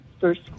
first